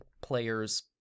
players